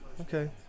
Okay